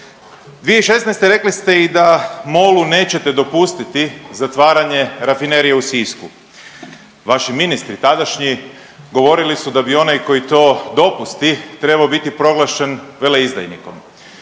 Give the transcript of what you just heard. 2016. rekli ste i da MOL-u nećete dopustiti zatvaranje Rafinerije u Sisku, vaši ministri tadašnji govorili su da bi onaj koji to dopusti trebao biti proglašen veleizdajnikom,